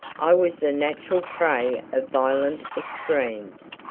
i was the natural prey of violent extremes.